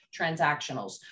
transactionals